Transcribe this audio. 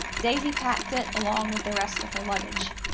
daisie packed it along with the rest of her luggage.